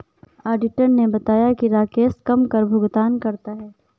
auditor ने बताया कि राकेश कम कर भुगतान करता है